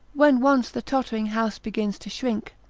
when once the tottering house begins to shrink,